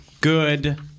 good